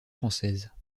françaises